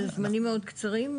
זה זמנים מאוד קצרים.